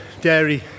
dairy